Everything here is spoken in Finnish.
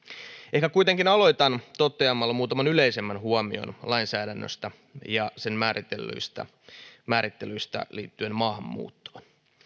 ehkä kuitenkin aloitan toteamalla muutaman yleisemmän huomion lainsäädännöstä ja sen määrittelyistä liittyen maahanmuuttoon